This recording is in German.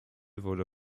wurde